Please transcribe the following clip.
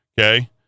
Okay